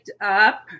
Up